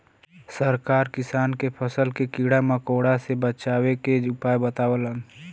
सरकार किसान के फसल के कीड़ा मकोड़ा से बचावे के उपाय बतावलन